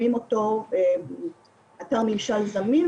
לקובעי המדיניות,